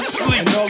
sleep